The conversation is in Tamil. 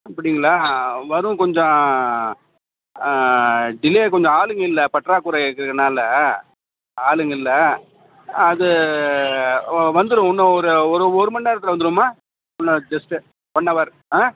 அப்படிங்களா வரும் கொஞ்சம் டிலே கொஞ்சம் ஆளுங்கள் இல்லை பற்றாக்குறை இருக்கிறனால ஆளுங்கள் இல்லை அது வந்துடும் இன்னும் ஒரு ஒரு ஒருமணி நேரத்தில் வந்துரும்மா இன்னும் ஜெஸ்ட்டு ஒன்னவர் ஆ